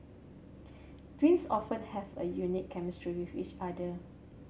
twins often have a unique chemistry with each other